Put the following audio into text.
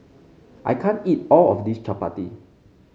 I can't eat all of this Chapati